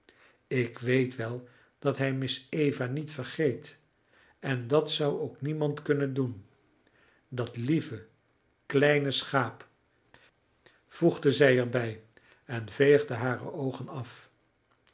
ik weet wel dat hij miss eva niet vergeet en dat zou ook niemand kunnen doen dat lieve kleine schaap voegde zij er bij en veegde hare oogen af